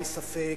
אין ספק,